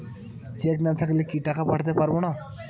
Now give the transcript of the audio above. Check না থাকলে কি টাকা পাঠাতে পারবো না?